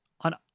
On